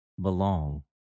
belong